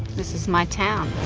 this is my town.